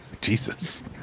Jesus